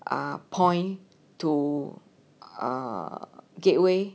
um point to um gateway